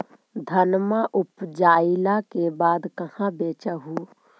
धनमा उपजाईला के बाद कहाँ बेच हू?